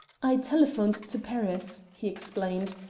i telephoned to paris, he explained,